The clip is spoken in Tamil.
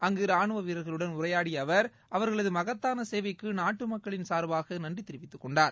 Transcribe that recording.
அங்கு ராணுவ வீரர்களுடன் உரையாடிய அவர் அவர்களது மகத்தான சேவைக்கு நாட்டு மக்களின் சார்பாக நன்றி தெரிவித்துக்கொண்டார்